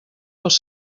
pels